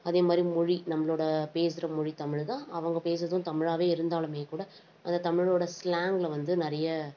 அதேமாதிரி மொழி நம்மளோடய பேசுகிற மொழி தமிழ் தான் அவங்க பேசுகிறதும் தமிழாகவே இருந்தாலுமேகூட அந்த தமிழோடய ஸ்லாங்ல வந்து நிறைய